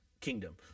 kingdom